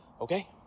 okay